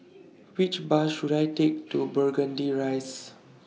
Which Bus should I Take to Burgundy Rise